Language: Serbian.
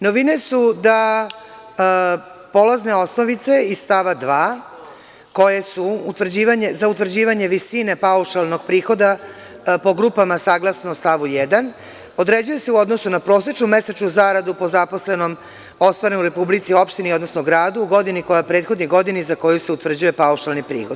Novine su da polazne osnovice iz stava 2. koje su za utvrđivanje paušalnog prihoda po grupama, saglasno stavu 1, određuje se u odnosu na prosečnu mesečnu zaradu po zaposlenom, ostvaren u Republici, opštini, odnosno gradu u godini koja prethodi godini za koju se utvrđuje paušalni prihod.